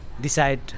decide